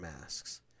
masks